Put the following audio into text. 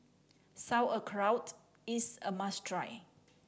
sauerkraut is a must try